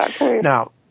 Now